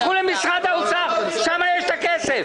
שם יש הכסף.